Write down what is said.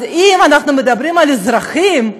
אז אם אנחנו מדברים על אזרחים,